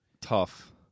Tough